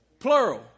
Plural